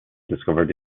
discovered